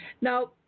Now